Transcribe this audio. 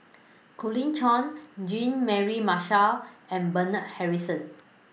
Colin Cheong Jean Mary Marshall and Bernard Harrison